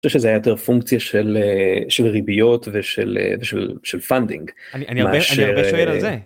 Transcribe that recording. ‫אני חושב שזו הייתה יותר פונקציה ‫של ריביות ושל funding. ‫אני הרבה שואל על זה.